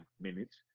minutes